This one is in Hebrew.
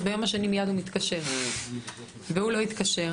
אז ביום השני מיד הוא התקשר והוא לא התקשר.